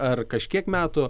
ar kažkiek metų